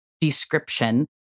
description